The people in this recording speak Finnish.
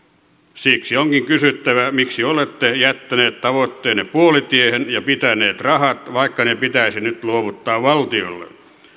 siksi onkin kysyttävä miksi olette jättäneet tavoitteenne puolitiehen ja pitäneet rahat vaikka ne pitäisi nyt luovuttaa valtiolle